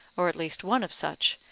or at least one of such,